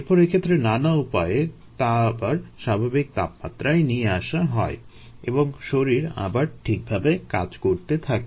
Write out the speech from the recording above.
এরপর এক্ষেত্রে নানা উপায়ে তা আবার স্বাভাবিক তাপমাত্রায় নিয়ে আসা হয় এবং শরীর আবার ঠিকভাবে কাজ করতে থাকে